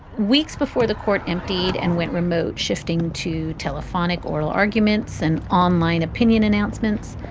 weeks before the court emptied and went remote, shifting to telephonic oral arguments and online opinion announcements,